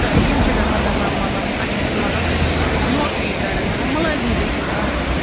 تہٕ یِم چھِ دَپان دَپان مطلب اَسہِ چھِ مطلب أسۍ گٔژھ نوکری کَرٕنۍ مطلب مُلٲزِمٕے گٔژھ أسۍ آسٕنۍ